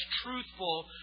truthful